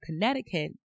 connecticut